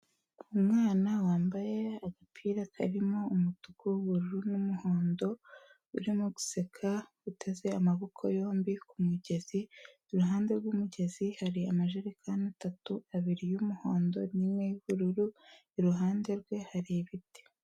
Umwana wambaye agapira karimo umutuku, ubururu n'umuhondo, urimo guseka utaze amaboko yombi ku mugezi, iruhande rw'umugezi hari amajerekani atatu, abiri y'umuhondo n'imwe y'ubururu, iruhande rwe hari ibiti.